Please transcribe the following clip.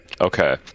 Okay